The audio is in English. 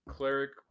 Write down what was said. Cleric